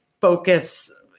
focus